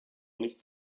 nichts